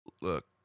look